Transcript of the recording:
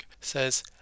says